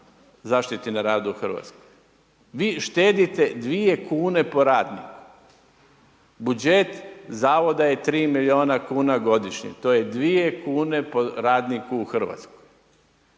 zaštiti na radu u Hrvatskoj. vi štedite 2 kune po radniku. Budžet zavoda je 3 milijuna kuna godišnje, to je 2 kune po radniku u Hrvatskoj,